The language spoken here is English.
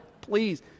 Please